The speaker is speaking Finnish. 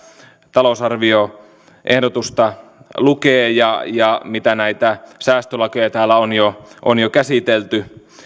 talousarvioehdotusta lukee ja ja miettii näitä säästölakeja mitä täällä on jo on jo käsitelty